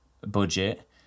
budget